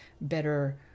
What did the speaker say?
better